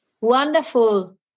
Wonderful